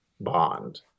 bond